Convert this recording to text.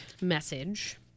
message